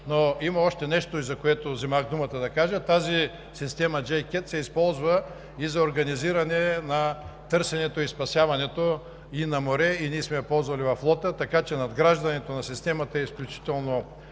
Има още нещо да кажа, заради което взех думата. Тази система JCATS се използва и за организирането на търсенето и спасяването и на море. Ние сме я ползвали във флота, така че надграждането на системата е изключително